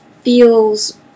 feels